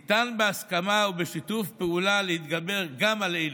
ניתן בהסכמה ובשיתוף פעולה להתגבר גם על אלה.